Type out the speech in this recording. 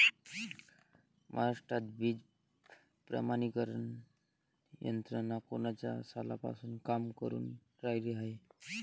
महाराष्ट्रात बीज प्रमानीकरण यंत्रना कोनच्या सालापासून काम करुन रायली हाये?